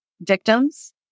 victims